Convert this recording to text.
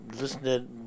listening